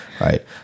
Right